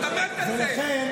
אתה מת על זה.